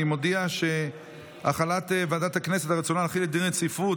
אני מודיע שהודעת ועדת הכנסת על רצונה להחיל דין רציפות